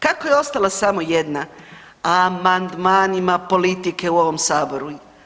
Kako je ostala samo jedna, amandmanima politike u ovom Saboru?